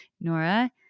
Nora